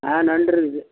ஆ நண்டு இருக்குது